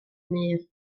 mur